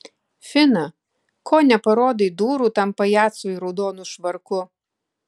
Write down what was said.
fina ko neparodai durų tam pajacui raudonu švarku